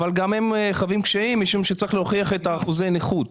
אבל גם הם חווים קשיים משום שצריך להוכיח את אחוזי הנכות.